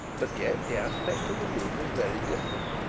but yet the aspect of the room was very different.